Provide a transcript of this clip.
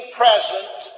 present